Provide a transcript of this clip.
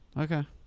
Okay